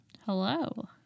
Hello